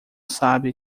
sabe